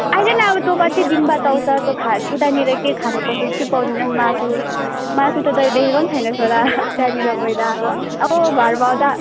आइज न अब तँ कति दिन बाद आउँछस् तँ खा उतानिर के खान पाउँछस् कि पाउँदैनस् मासु मासु त तैँले देखेको पनि छैनस् होला त्यहाँनिर गएर अब घरमा त